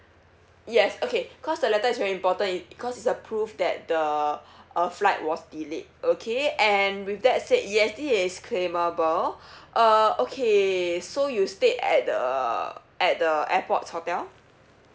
yes okay cause the letter is very important it because it's a proof that the uh flight was delayed okay and with that said yes this is claimable uh okay so you stayed at the at the airport's hotel